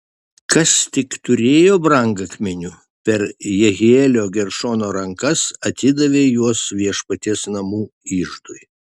kas tik turėjo brangakmenių per jehielio geršono rankas atidavė juos viešpaties namų iždui